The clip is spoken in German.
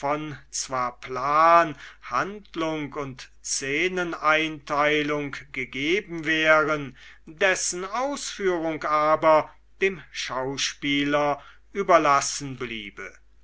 zwar plan handlung und szeneneinteilung gegeben wären dessen ausführung aber dem schauspieler überlassen bliebe